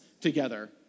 together